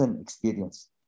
experience